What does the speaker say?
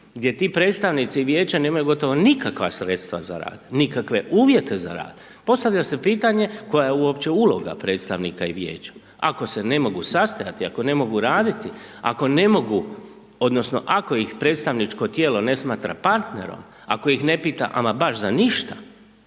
gdje ti predstavnici vijeća nemaju gotovo nikakva sredstva za rad, nikakve uvjete za rad, postavlja se pitanje koja je uopće uloga predstavnika i vijeća? Ako se ne mogu sastajati, ako ne mogu raditi, ako ne mogu odnosno ako ih predstavničko tijelo ne smatra partnerom, ako ih ne pita ama baš za ništa,